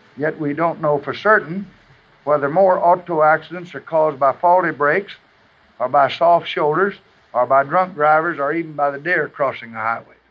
yet we don't know for certain whether more auto accidents are caused by faulty brakes or by soft shoulders or by drunk drivers or even by the deer crossing the highway.